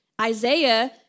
Isaiah